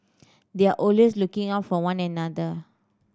they are looking out for one another